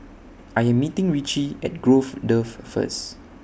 I Am meeting Richie At Grove Drive First